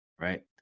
Right